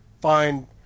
find